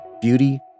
beauty